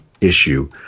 issue